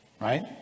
right